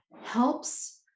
helps